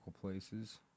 places